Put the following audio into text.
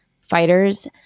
fighters